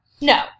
No